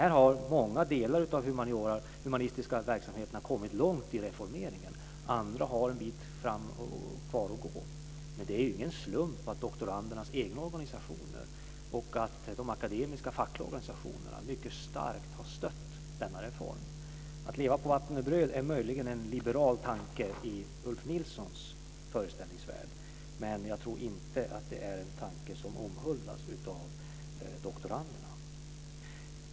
Här har många delar av de humanistiska verksamheterna kommit långt i reformeringen, och andra har en bit kvar att gå. Men det är ingen slump att doktorandernas egna organisationer och de akademiska fackliga organisationerna mycket starkt har stött denna reform. Att leva på vatten och bröd är möjligen en liberal tanke i Ulf Nilssons föreställningsvärld, men jag tror inte att det är en tanke som omhuldas av doktoranderna.